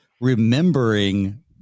remembering